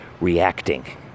reacting